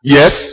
Yes